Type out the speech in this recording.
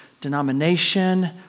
denomination